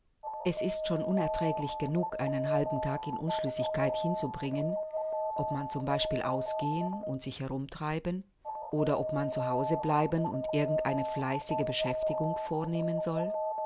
es ist schon unerträglich genug einen halben tag in unschlüssigkeit hinzubringen ob man zum beispiel ausgehen und sich herumtreiben oder ob man zu hause bleiben und irgend eine fleißige beschäftigung vornehmen soll